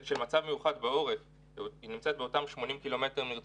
שיח שהוא חובה בהיבט